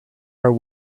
our